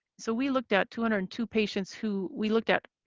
so we looked at two hundred and two patients who we looked at